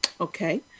Okay